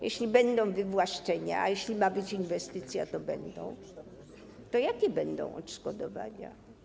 Jeśli będą wywłaszczenia - a jeśli ma być inwestycja, to będą - to jakie będą odszkodowania?